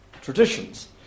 traditions